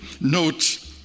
note